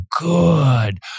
good